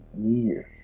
years